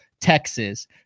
texas